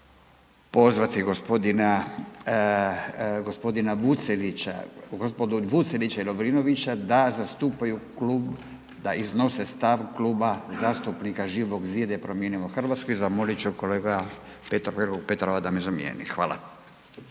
pozvati g. Vucelića, gospodu Vucelića i Lovrinovića da zastupaju klub., da iznose stav Kluba zastupnika Živog zida i Promijenimo Hrvatsku i zamolit ću kolegu Petrova da me zamijeni, hvala.